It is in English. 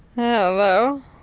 hello?